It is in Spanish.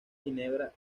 ginebra